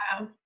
wow